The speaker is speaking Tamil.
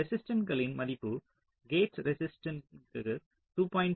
ரெசிஸ்ட்டன்ஸ்களின் மதிப்பு கேட்ஸ் ரெசிஸ்ட்டன்ஸ்க்கு 2